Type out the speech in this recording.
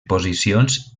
posicions